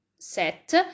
set